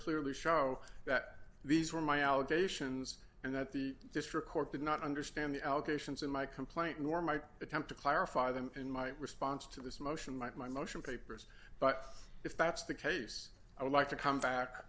clearly show that these were my allegations and that the district court did not understand the allegations in my complaint nor my attempt to clarify them in my response to this motion like my motion papers but if that's the case i would like to come back